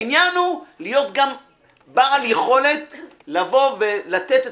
העניין הוא להיות גם בעל יכולת לתת את